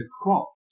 crop